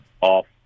off